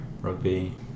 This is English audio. rugby